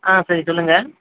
ஆ சரி சொல்லுங்கள்